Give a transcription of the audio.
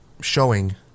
showing